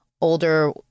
older